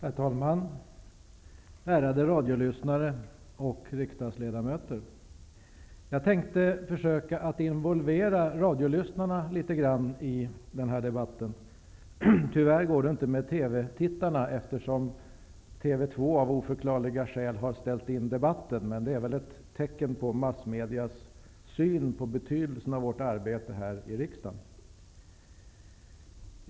Herr talman! Ärade radiolyssnare och riksdagsledamöter! Jag tänkte försöka involvera radiolyssnarna litet grand i denna debatt. Tyvärr går det inte med TV tittarna, eftersom TV2 av oförklarliga skäl har ställt in sändningen av debatten. Det är väl ett tecken på massmedias syn på betydelsen av vårt arbete här i riksdagen.